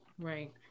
Right